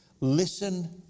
Listen